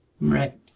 Right